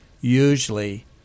usually